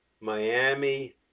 Miami